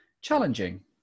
challenging